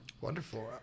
Wonderful